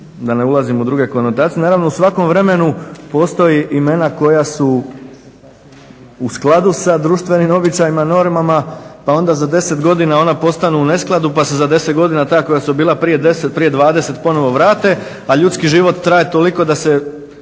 da ne ulazim u druge konotacije, naravno u svakom vremenu postoje imena koja su u skladu sa društvenim običajima, normama pa onda za 10 godina ona postanu u neskladu pa se za 10 godina ta koja su bila prije 10, prije 20 ponovno vrate, a ljudski život traje toliko da se